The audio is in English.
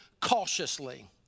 cautiously